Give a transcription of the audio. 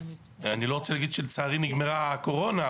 אני לא רוצה להגיד שלצערי נגמרה הקורונה,